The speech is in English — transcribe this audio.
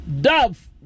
Dove